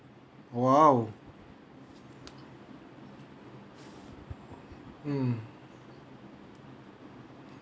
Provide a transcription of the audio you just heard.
!wow! mm